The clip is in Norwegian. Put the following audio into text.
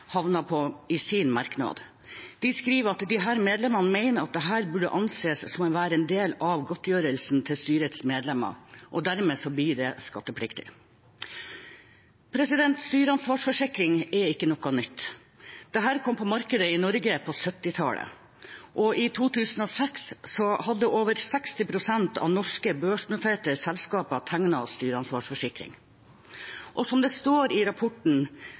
på i sin merknad. De skriver: «Disse medlemmer mener at dette burde anses som å være en del av godtgjørelsen til styrets medlemmer.» Og dermed blir det skattepliktig. Styreansvarsforsikring er ikke noe nytt. Dette kom på markedet i Norge på 1970-tallet, og i 2006 hadde over 60 pst. av norske børsnoterte selskaper tegnet styreansvarsforsikring. Som det står i rapporten